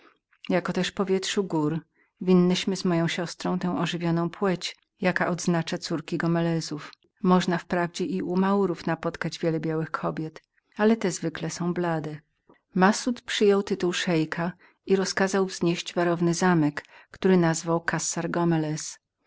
jako też powietrza gór winnyśmy z moją siostrą tę ożywioną płeć jaka odznacza córki gomeleza można wprawdzie i u maurów napotkać wiele białych kobiet ale te zwykle są blade massud przyjął tytuł szeika i rozkazał wznieść warowny zamek który nazwał